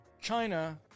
China